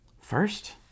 First